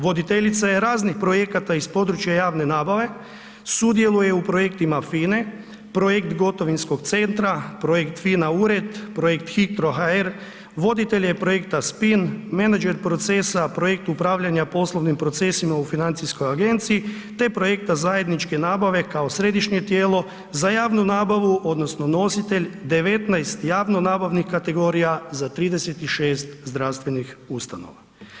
Voditeljica je raznih projekata iz područja javne nabave, sudjeluje u projektima FINA-e, projekt gotovinskog centra, projekt FINA ured, projekt Hitro.hr, voditelj je projekta Spin, menadžer procesa projekt upravljanja poslovnim procesima u FINA-i te projekta zajedničke nabave kao središnje tijelo za javnu nabavu odnosno nositelj 19 javno-nabavnih kategorija za 36 zdravstvenih ustanova.